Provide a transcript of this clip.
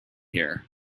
here